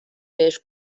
بهش